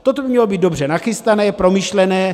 Toto by mělo být dobře nachystané, promyšlené.